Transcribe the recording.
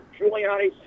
Giuliani